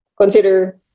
consider